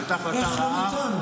זאת הייתה החלטה רעה -- איך לא ניתן?